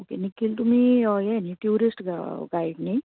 okay Nikhil तुमी हे नी म्हणजे तुमी टुरिस्ट गायड न्ही